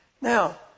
Now